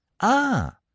Ah